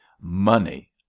money